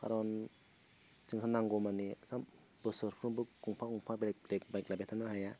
कारन जोंहा नांगौमानि जोंहा नांगौमानि बोसोरफ्रोमबो गंफा गंफा बेलेग बेलेग बाइक बायबाय थानो हाया